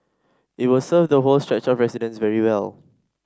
it will serve the whole stretch of residents very well